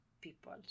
people